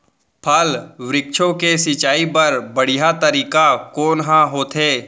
फल, वृक्षों के सिंचाई बर बढ़िया तरीका कोन ह होथे?